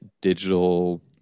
digital